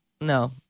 No